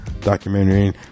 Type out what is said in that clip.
documentary